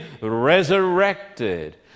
resurrected